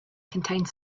contains